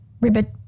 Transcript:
Ribbit